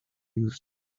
use